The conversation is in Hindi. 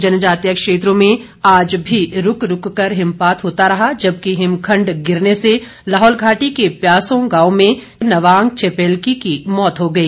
जनजातीय क्षेत्रों में आज भी रूक रूक कर हिमपात होता रहा जबकि हिमखंड गिरने से लाहौल घाटी के प्यासों गांव में नवांग छेपेलकी की मौत हो गई